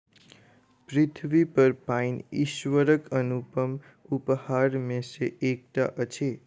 पृथ्वीपर पाइन ईश्वरक अनुपम उपहार मे सॅ एकटा अछि